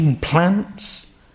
plants